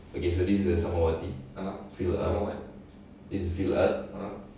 okay so this is the this is